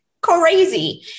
crazy